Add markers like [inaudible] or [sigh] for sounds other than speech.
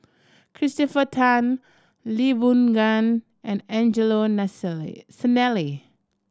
Christopher Tan Lee Boon Ngan and Angelo [unintelligible] Sanelli